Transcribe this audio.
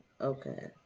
okay